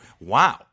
wow